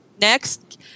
Next